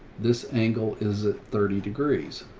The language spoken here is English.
this angle is thirty degrees